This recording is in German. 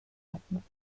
hatten